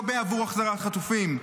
הוא לא בעבור החזרת חטופים.